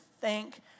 thank